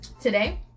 Today